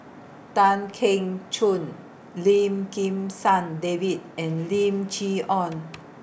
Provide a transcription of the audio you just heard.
Tan Keong Choon Lim Kim San David and Lim Chee Onn